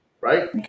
Right